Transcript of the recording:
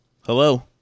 Hello